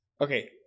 Okay